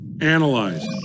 Analyze